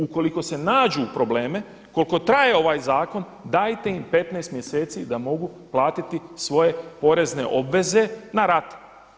Ukoliko se nađu u problemima koliko traje ovaj zakon dajte im 15 mjeseci da mogu platiti svoje porezne obveze na rate.